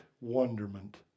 wonderment